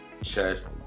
chest